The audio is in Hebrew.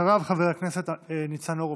אחריו, חבר הכנסת ניצן הורוביץ.